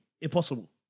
Impossible